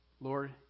Lord